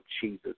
Jesus